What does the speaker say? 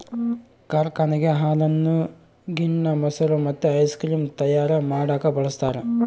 ಕಾರ್ಖಾನೆಗ ಹಾಲನ್ನು ಗಿಣ್ಣ, ಮೊಸರು ಮತ್ತೆ ಐಸ್ ಕ್ರೀಮ್ ತಯಾರ ಮಾಡಕ ಬಳಸ್ತಾರ